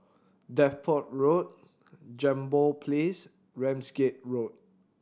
Deptford Road Jambol Place Ramsgate Road